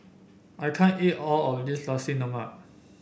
I can't eat all of this Nasi Lemak